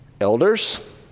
Elders